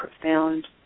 profound